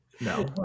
no